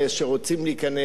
שרוצים להיכנס.